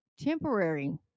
Temporary